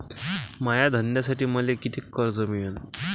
माया धंद्यासाठी मले कितीक कर्ज मिळनं?